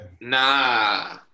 Nah